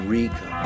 Rico